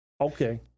okay